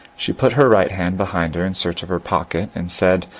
she put her right hand behind her in search of her pockety and said,